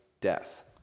death